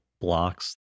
blocks